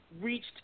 reached